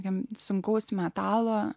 jam sunkaus metalo